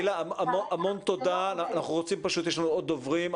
גילה, המון תודה, פשוט יש לנו עוד דוברים.